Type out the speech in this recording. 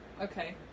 Okay